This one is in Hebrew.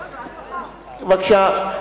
בבקשה.